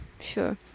sure